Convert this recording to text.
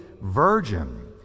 virgin